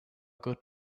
good